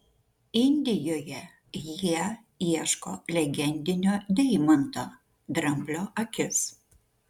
indijoje jie ieško legendinio deimanto dramblio akis